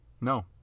No